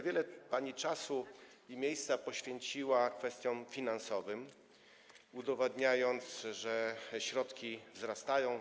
Wiele pani czasu i miejsca poświęciła kwestiom finansowym, udowadniając, że środki wzrastają.